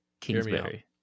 Kingsbury